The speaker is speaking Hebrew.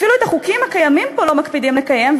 אפילו את החוקים הקיימים פה לא מקפידים לקיים,